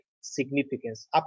significance